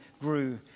grew